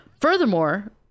Furthermore